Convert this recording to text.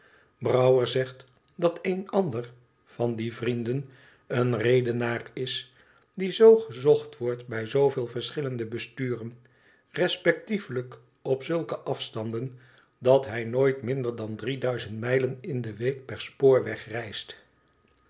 brouwer zegt dat een ander van die vrienden een redenaar is die zoo gezocht wordt bij zooveel verschillende besturen respectievelijk op zulke afstanden dat hij nooit minder dan drie duizend mijlen in de week per spoorweg reist